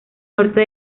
norte